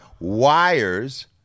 Wires